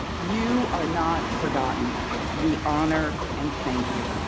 you are not forgotten we honor and thank you.